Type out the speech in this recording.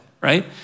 right